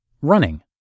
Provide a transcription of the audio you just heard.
running